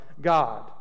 God